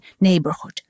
neighborhood